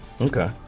Okay